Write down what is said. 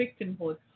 victimhood